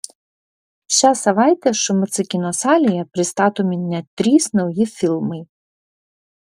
šią savaitę šmc kino salėje pristatomi net trys nauji filmai